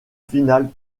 finale